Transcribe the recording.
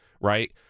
right